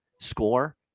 score